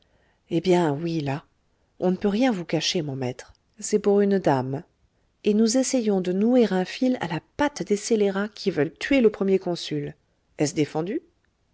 eh bien oui là on ne peut rien vous cacher mon maître c'est pour une dame et nous essayons de nouer un fil à la patte des scélérats qui veulent tuer le premier consul est-ce défendu